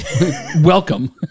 Welcome